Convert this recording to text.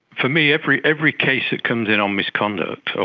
for me every every case that comes in on misconduct, ah